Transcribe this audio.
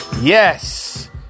yes